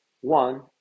one